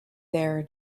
their